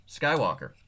Skywalker